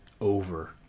Over